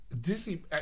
Disney